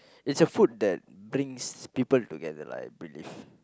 it's a food that brings people together lah I believe